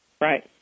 Right